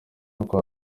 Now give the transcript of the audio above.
uku